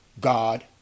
God